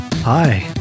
Hi